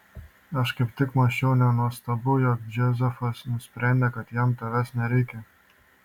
aš kaip tik mąsčiau nenuostabu jog džozefas nusprendė kad jam tavęs nereikia